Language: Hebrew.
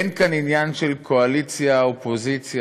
אין כאן עניין של קואליציה אופוזיציה.